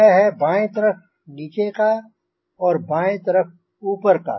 यह हैं बाएँ तरफ़ नीचे का और बाएँ तरफ़ ऊपर का